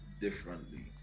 differently